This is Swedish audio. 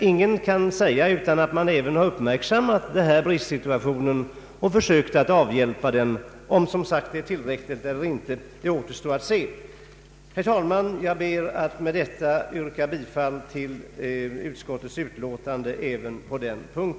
Ingen kan säga annat än att man uppmärksammat bristsituationen och försökt att avhjäl pa den. Om insatserna är tillräckliga eller inte återstår att se: Herr talman! Jag ber att med detta få yrka bifall till utskottets förslag även på denna punkt.